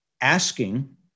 asking